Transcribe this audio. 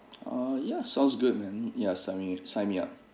uh yeah sounds good man yeah sign me sign me up